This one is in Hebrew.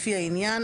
לפי העניין,